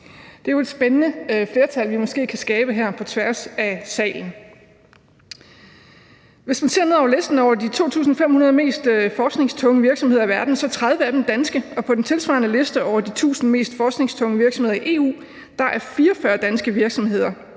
Det er jo et spændende flertal, vi måske kan skabe her på tværs af salen. Hvis man ser ned over listen over de 2.500 mest forskningstunge virksomheder i verden, ser man, at 30 af dem er danske, og på den tilsvarende liste over de 1.000 mest forskningstunge virksomheder i EU, er 44 virksomheder